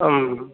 ம்